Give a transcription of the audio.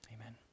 amen